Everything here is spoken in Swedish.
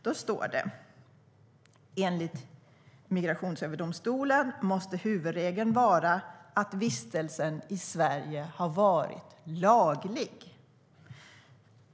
Det står: Enligt Migrationsöverdomstolen måste huvudregeln vara att vistelsen i Sverige har varit laglig.